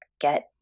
get